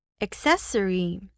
accessory